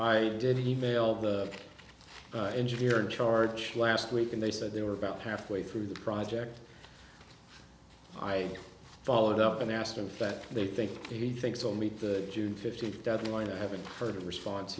i didn't email the engineer in charge last week and they said they were about halfway through the project i followed up and asked in fact they think he thinks on meet the june fifteenth deadline i haven't heard a response